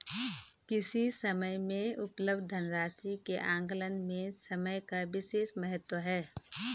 किसी समय में उपलब्ध धन राशि के आकलन में समय का विशेष महत्व है